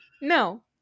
No